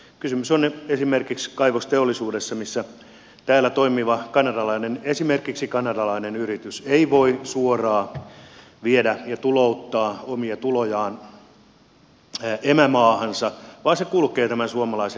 kysymys on esimerkiksi kaivosteollisuudesta missä esimerkiksi täällä toimiva kanadalainen yritys ei voi suoraan viedä ja tulouttaa omia tulojaan emämaahansa vaan se kulkee tämän suomalaisen verotusjärjestelmän kautta